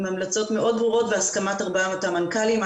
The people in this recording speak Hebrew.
עם המלצות מאוד ברורות והסכמת ארבעת המנכ"לים.